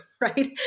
right